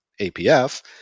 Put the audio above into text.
APF